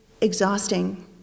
exhausting